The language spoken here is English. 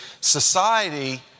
society